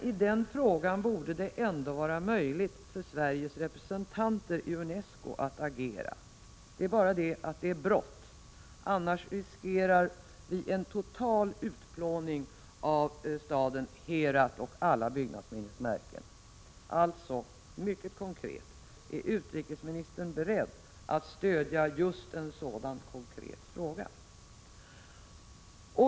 I den frågan borde det vara möjligt för Sveriges representanter i UNESCO att agera. Men det är bråttom. Sker ingenting snart, riskerar vi en total utplåning av staden Herat och dess byggnadsminnesmärken. Är utrikesministern beredd att stödja just en sådan konkret sak?